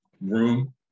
room